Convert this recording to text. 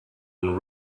and